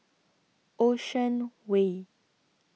Ocean Way